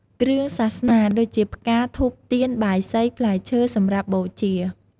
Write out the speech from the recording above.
គ្រឿងសាសនា ដូចជាផ្កា ធូប ទៀន បាយសី ផ្លែឈើ សម្រាប់បូជា។